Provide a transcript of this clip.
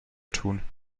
tun